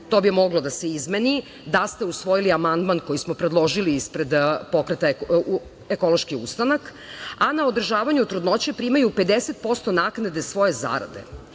to bi moglo da se izmeni da ste usvojili amandman koji smo predložili ispred pokreta Ekološki ustanak, a na održavanje trudnoće primaju 50% naknade svoje